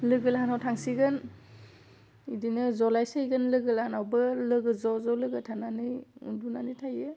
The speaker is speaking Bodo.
लोगो लाहानाव थांसिगोन बिदिनो जलायसिगोन लोगोलाहानावबो लोगो ज' ज' लोगो थानानै उन्दुनानै थायो